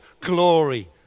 glory